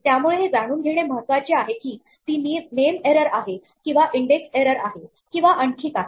त्यामुळे हे जाणून घेणे महत्वाचे आहे की ती नेम एरर आहे किंवा इंडेक्स एरर आहे किंवा आणखी काही